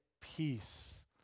peace